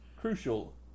crucial